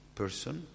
person